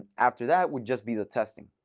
after that would just be the testing.